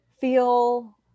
feel